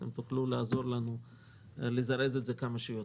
אתם תוכלו לעזור לנו לזרז את זה כמה שיותר.